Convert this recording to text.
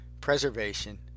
preservation